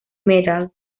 metal